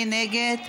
מי נגד?